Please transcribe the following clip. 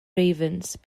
ravens